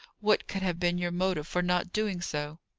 what could have been your motive for not doing so?